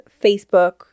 Facebook